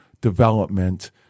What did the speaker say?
development